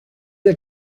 del